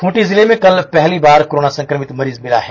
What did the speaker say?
खूंटी जिले में कल पहली बार कोरोना संक्रमित मरीज मिला है